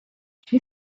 she